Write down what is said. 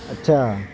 اچھا